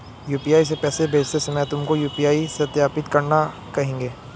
UPI से पैसे भेजते समय तुमको यू.पी.आई सत्यापित करने कहेगा